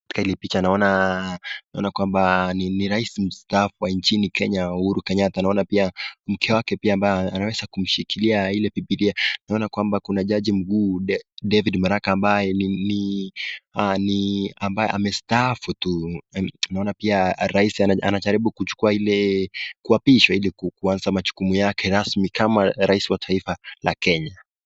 Katika hili picha naona naona kwamba ni rais mstaafu wa nchini Kenya Uhuru Kenyatta. Naona pia mke wake pia ambaye anaweza kumshikilia ile Bibilia. Naona kwamba kuna Jaji Mkuu David Maraga ambaye ni ni ambaye amestaafu tu. Naona pia rais anajaribu kuchukua ile kuwapishwa ile kuanza majukumu yake rasmi kama rais wa taifa la Kenya.